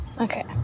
okay